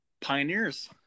Pioneers